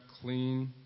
clean